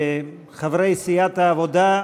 חברי סיעת העבודה,